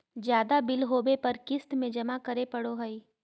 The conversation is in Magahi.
ज्यादा बिल होबो पर क़िस्त में जमा करे पड़ो हइ